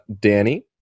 Danny